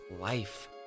life